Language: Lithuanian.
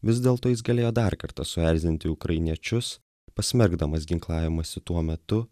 vis dėlto jis galėjo dar kartą suerzinti ukrainiečius pasmerkdamas ginklavimąsi tuo metu